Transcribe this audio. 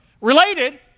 Related